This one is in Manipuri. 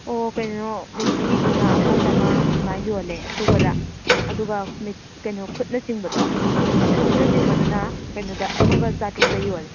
ꯑꯣ ꯀꯩꯅꯣ ꯃꯦꯆꯤꯟꯒꯤꯗꯨꯅ ꯑꯃ ꯆꯥꯝꯃꯉꯥ ꯑꯗꯨꯃꯥꯏ ꯌꯣꯜꯂꯦ ꯑꯁꯨꯕꯗ ꯑꯗꯨꯒ ꯀꯩꯅꯣ ꯈꯨꯠꯅ ꯆꯤꯡꯕꯗꯣ ꯈꯨꯠꯅ ꯆꯤꯡꯕꯗꯨꯅ ꯀꯩꯅꯣꯗ ꯑꯃꯒ ꯆꯥꯇ꯭ꯔꯨꯛꯇ ꯌꯣꯜꯂꯦ